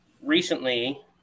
recently